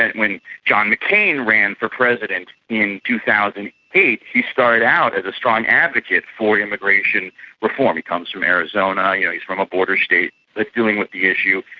and when john mccain ran for president in two thousand and eight he started out as a strong advocate for immigration reform. he comes from arizona, you know, he's from a border state that's dealing with the issue,